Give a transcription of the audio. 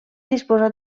disposar